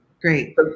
Great